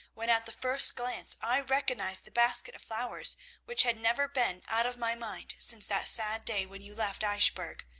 when at the first glance i recognised the basket of flowers which had never been out of my mind since that sad day when you left eichbourg.